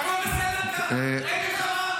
הכול בסדר כאן, אין מלחמה?